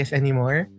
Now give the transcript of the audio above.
anymore